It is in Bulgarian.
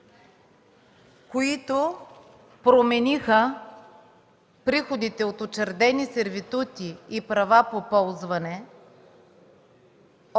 които промениха приходите от учредени сервитути и права по ползване